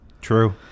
True